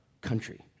country